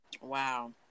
Wow